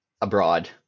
abroad